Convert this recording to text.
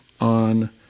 on